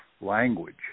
language